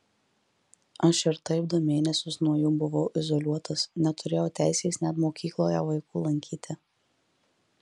aš ir taip du mėnesius nuo jų buvau izoliuotas neturėjau teisės net mokykloje vaikų lankyti